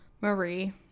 Marie